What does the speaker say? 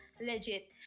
legit